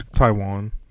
Taiwan